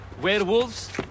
Werewolves